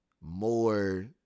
more